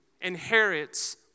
inherits